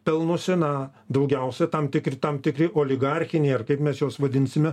pelnosi na daugiausia tam tikri tam tikri oligarchiniai ar kaip mes juos vadinsime